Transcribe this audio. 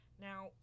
Now